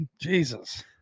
Jesus